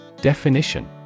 Definition